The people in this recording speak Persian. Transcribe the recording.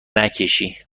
نکشی